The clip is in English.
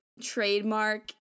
trademark